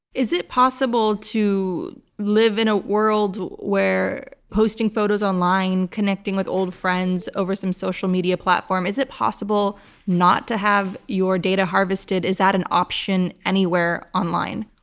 is it possible to live in a world where posting photos online, connecting with old friends over some social media platform, is it possible not to have your data harvested? is that an option anywhere online?